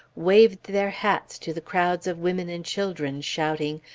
waved their hats to the crowds of women and children, shouting,